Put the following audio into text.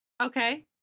Okay